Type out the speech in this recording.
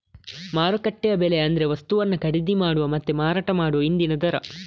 ಮಾರುಕಟ್ಟೆ ಬೆಲೆ ಅಂದ್ರೆ ವಸ್ತುವನ್ನ ಖರೀದಿ ಮಾಡುವ ಮತ್ತೆ ಮಾರಾಟ ಮಾಡುವ ಇಂದಿನ ದರ